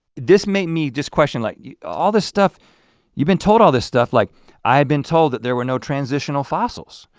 this made me just question like all this stuff you've been told all this stuff like i had been told that there were no transitional fossils,